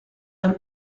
some